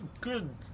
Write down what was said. good